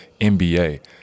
NBA